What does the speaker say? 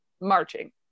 marching